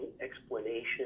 explanation